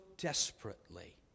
desperately